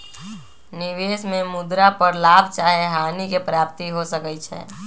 निवेश में मुद्रा पर लाभ चाहे हानि के प्राप्ति हो सकइ छै